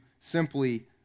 simply